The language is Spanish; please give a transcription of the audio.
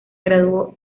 graduó